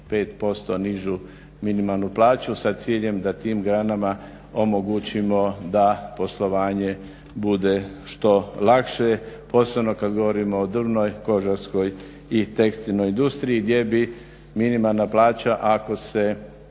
5% nižu minimalnu plaću sa ciljem da tim granama omogućimo da poslovanje bude što lakše, posebno kad govorimo o drvnoj, kožarskoj i tekstilnoj industriji gdje bi minimalna plaća ako se